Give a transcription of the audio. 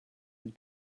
had